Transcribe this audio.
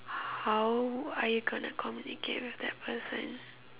how are you going to communicate with that person